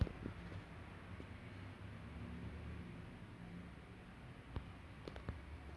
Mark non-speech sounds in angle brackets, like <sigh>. <noise> because football is like I played that that was my C_C_A when I was in primary school